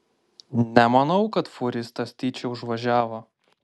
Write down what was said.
nemanau kad fūristas tyčia užvažiavo